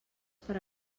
per